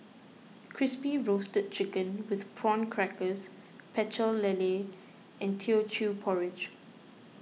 Crispy Roasted Chicken with Prawn Crackers Pecel Lele and Teochew Porridge